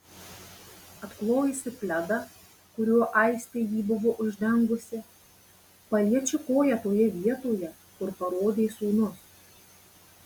atklojusi pledą kuriuo aistė jį buvo uždengusi paliečiu koją toje vietoje kur parodė sūnus